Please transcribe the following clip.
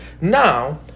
now